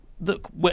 look